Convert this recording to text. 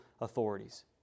authorities